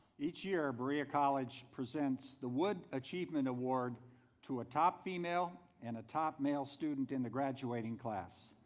each year, berea college presents the wood achievement award to a top female and a top male student in the graduating class.